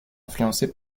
influencée